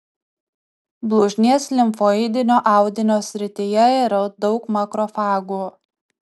blužnies limfoidinio audinio srityje yra daug makrofagų